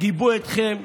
גיבו אתכם,